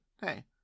hey